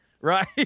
right